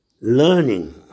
learning